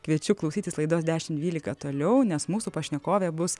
kviečiu klausytis laidos dešim dvylika toliau nes mūsų pašnekovė bus